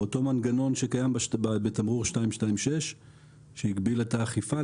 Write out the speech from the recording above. באותו מנגנון שקיים בתמרור 266 שהגביל את האכיפה,